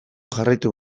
jarraitu